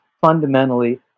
fundamentally